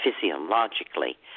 physiologically